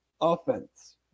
offense